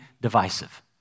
divisive